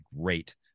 great